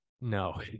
no